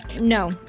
No